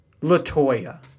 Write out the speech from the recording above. Latoya